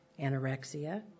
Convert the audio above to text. Anorexia